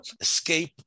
escape